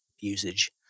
usage